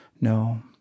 No